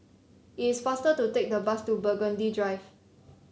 it is faster to take the bus to Burgundy Drive